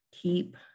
keep